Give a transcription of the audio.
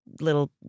little